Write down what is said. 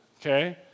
okay